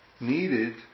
needed